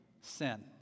sin